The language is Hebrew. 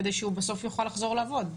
כדי הוא בסוף יוכל לחזור לעבוד?